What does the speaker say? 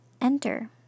enter